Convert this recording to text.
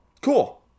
cool